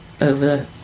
over